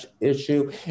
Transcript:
issue